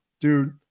dude